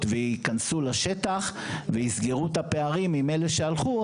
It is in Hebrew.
וייכנסו לשטח ויסגרו את הפערים עם אלה שהלכו,